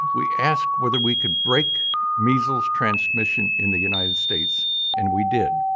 we asked whether we could break measles transmission in the united states and we did.